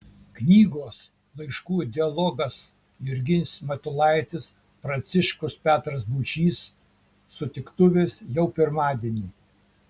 knygos laiškų dialogas jurgis matulaitis pranciškus petras būčys sutiktuvės jau pirmadienį